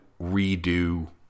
redo